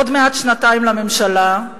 עוד מעט שנתיים לממשלה,